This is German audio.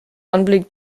anblick